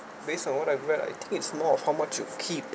based on what I've read I think it's more of how much you've keep